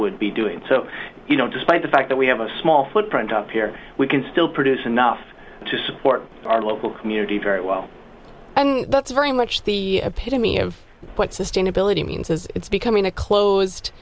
would be doing so you know despite the fact that we have a small footprint up here we can still produce enough to support our local community very well and that's very much the pay to me of what sustainability means is it's becoming a closed